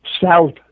south